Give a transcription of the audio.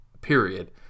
period